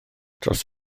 dros